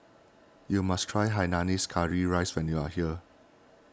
you must try Hainanese Curry Rice when you are here